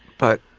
but,